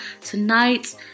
tonight